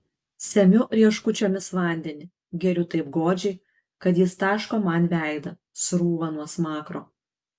semiu rieškučiomis vandenį geriu taip godžiai kad jis taško man veidą srūva nuo smakro